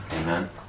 Amen